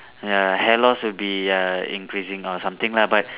ya hair loss would be uh increasing or something lah but